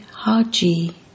Haji